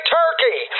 turkey